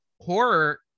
horror